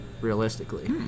Realistically